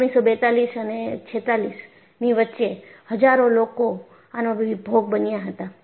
1942 અને 46 ની વચ્ચે હજારો લોકો આનો ભોગ બન્યા હતા